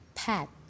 Pat